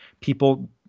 people